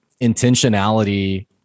intentionality